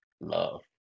love